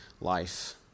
life